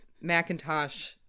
Macintosh